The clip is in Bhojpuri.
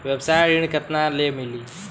व्यवसाय ऋण केतना ले मिली?